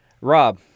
Rob